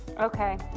Okay